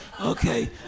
Okay